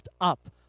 up